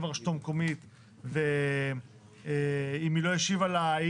לרשות המקומית ואם היא לא השיבה לה,